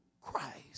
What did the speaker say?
Christ